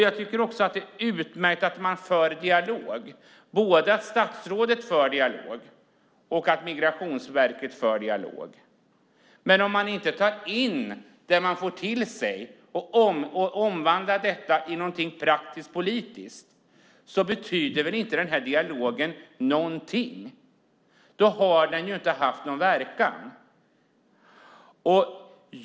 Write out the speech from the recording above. Jag tycker också att det är utmärkt att man för en dialog, både att statsrådet för en dialog och att Migrationsverket för en dialog. Men om man inte tar in det som man får till sig och omvandlar detta till någonting praktiskt politiskt betyder den här dialogen inte någonting. Då har den inte haft någon verkan.